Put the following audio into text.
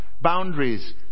boundaries